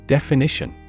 Definition